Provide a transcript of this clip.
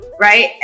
Right